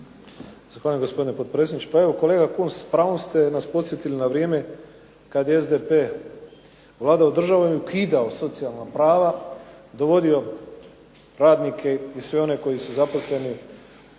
Zahvaljujem, gospodine potpredsjedniče. Pa evo kolega Kunst, s pravom ste nas podsjetili na vrijeme kad je SDP vladao državom i ukidao socijalna prava, dovodio radnike i sve one koji su zaposleni